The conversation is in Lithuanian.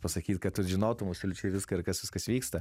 pasakyt kad tu žinotum absoliučiai viską ir kas viskas vyksta